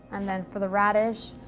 and then, for the radish,